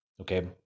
Okay